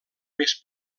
més